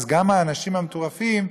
אז גם האנשים המטורפים,